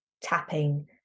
Tapping